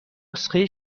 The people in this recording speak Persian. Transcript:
نسخه